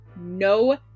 No